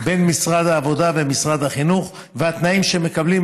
של משרד העבודה לעומת משרד החינוך והתנאים שמקבלים